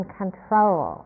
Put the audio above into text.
control